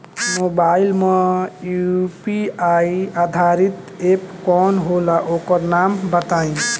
Mobile म UPI आधारित app कौन होला ओकर नाम बताईं?